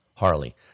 Harley